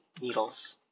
needles